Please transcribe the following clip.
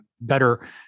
better